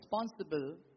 responsible